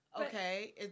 Okay